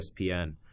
ESPN